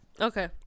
Okay